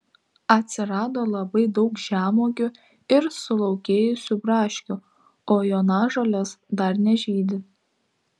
atsirado labai daug žemuogių ir sulaukėjusių braškių o jonažolės dar nežydi